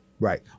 Right